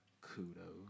Kudos